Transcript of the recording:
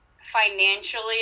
financially